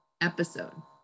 episode